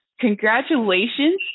Congratulations